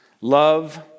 love